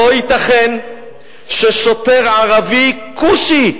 לא ייתכן ששוטר ערבי, כושי,